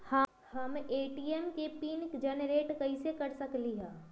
हम ए.टी.एम के PIN generate कईसे कर सकली ह?